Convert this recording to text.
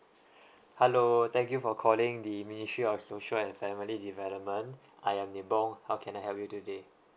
hello thank you for calling the ministry of social and family development I am nibong how can I help you today